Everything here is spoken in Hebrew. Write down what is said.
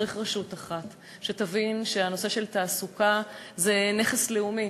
צריך רשות אחת שתבין שהנושא של תעסוקה זה נכס לאומי,